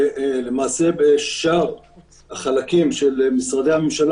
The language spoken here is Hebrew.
-- ולמעשה בשאר החלקים של משרדי הממשלה